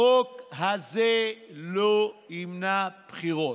החוק הזה לא ימנע בחירות.